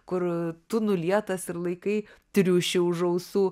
kur tu nulietas ir laikai triušį už ausų